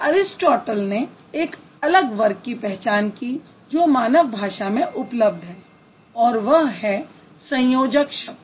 तो अरिस्टॉटल ने एक अलग वर्ग की पहचान की जो मानव भाषा में उपलब्ध है और वह है संयोजक शब्द